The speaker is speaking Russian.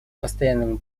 постоянному